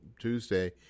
Tuesday